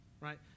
Right